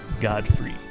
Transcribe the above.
Godfrey